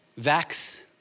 vax